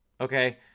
Okay